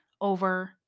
over